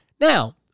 Now